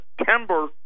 September